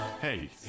Hey